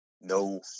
No